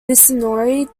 missouri